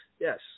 Yes